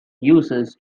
users